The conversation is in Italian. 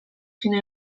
fino